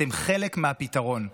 אתם חלק מהפתרון.